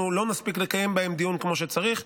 לא נספיק לקיים דיון בהן כמו שצריך.